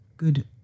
good